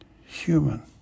human